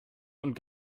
und